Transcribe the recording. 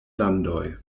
landoj